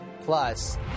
Plus